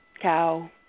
Cow